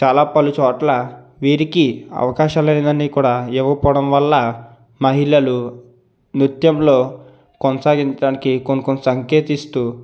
చాలా పలు చోట్ల వీరికి అవకాశాలు అన్ని కూడా ఇవ్వక పోవడం వల్ల మహిళలు నృత్యంలో కొనసాగించడానికి కొన్ని కొన్ని సాంకేతిస్తూ